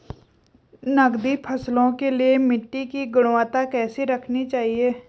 नकदी फसलों के लिए मिट्टी की गुणवत्ता कैसी रखनी चाहिए?